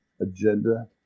agenda